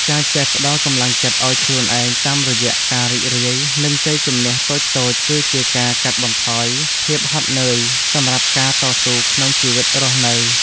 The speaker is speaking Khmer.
ការចេះផ្ដល់កម្លាំងចិត្តឱ្យខ្លួនឯងតាមរយៈការរីករាយនឹងជ័យជម្នះតូចៗគឺជាការកាត់បន្ថយភាពហត់នឿយសម្រាប់ការតស៊ូក្នុងជីវិតរស់នៅ។